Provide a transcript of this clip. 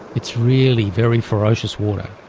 it's really very ferocious water.